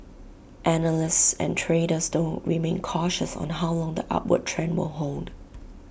analysts and traders though remain cautious on how long the upward trend will hold